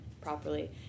properly